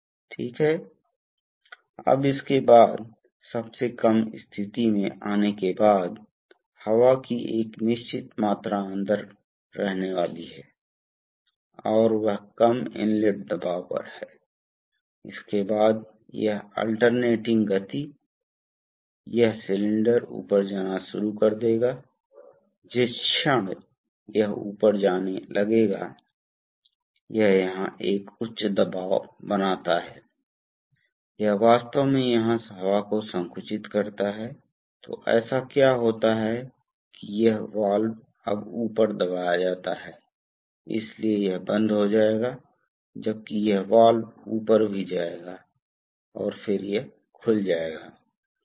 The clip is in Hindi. इसलिए यदि आप इसे चार तरफ़ा वाल्व 3 स्थिति चार तरफ़ा वाल्व की केंद्रीय स्थिति में रखते हैं तो सिलेंडर बंद है और यह अपने स्वयं के वजन के कारण धीरे धीरे नीचे नहीं आता है दूसरी तरफ अगर आप इसे कनेक्ट करते हैं तो यह स्थिति इसका मतलब है कि इन प्रतीकों का मतलब यह है कि ये आनुपातिक दिशात्मक वाल्व हैं इसलिए यह केवल ऐसा नहीं है यह नहीं है कि वाल्व की स्थिति को तीन में से एक में स्थानांतरित किया जा सकता है जैसा कि आमतौर पर है दिशात्मक वाल्व में ज्ञात प्रवाह दर या आनुपातिक नियंत्रण का उपयोग करके भी बदला जा सकता है